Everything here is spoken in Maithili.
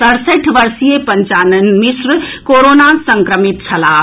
सड़सठि वर्षीय पंचानन मिश्र कोरोना संक्रमित छलाह